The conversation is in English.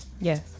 Yes